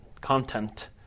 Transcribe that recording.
content